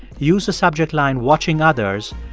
use the subject line watching others,